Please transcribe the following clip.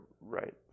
right